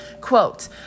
Quote